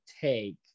take